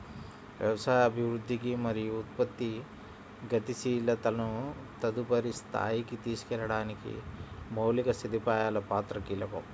వ్యవసాయ అభివృద్ధికి మరియు ఉత్పత్తి గతిశీలతను తదుపరి స్థాయికి తీసుకెళ్లడానికి మౌలిక సదుపాయాల పాత్ర కీలకం